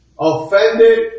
offended